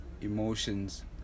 emotions